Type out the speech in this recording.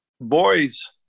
boys